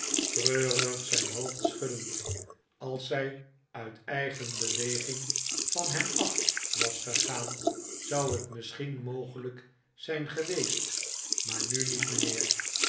treurig zijn hoofd schuddend als zij uit eigen beweging van hem af was gegaan zou het misschien mogelijk zijn geweest maar nu niet mijnheer